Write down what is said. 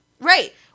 Right